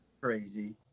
Crazy